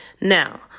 Now